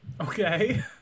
Okay